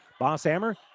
Bosshammer